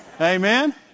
Amen